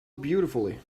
beautifully